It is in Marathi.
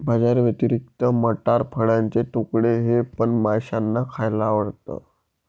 भाज्यांव्यतिरिक्त मटार, फळाचे तुकडे हे पण माशांना खायला आवडतं